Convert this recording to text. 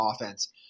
offense